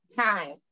time